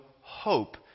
hope